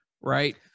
right